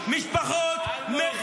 אתם בעד להשאיר משפחות מחבלים.